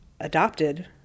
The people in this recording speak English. adopted